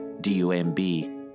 D-U-M-B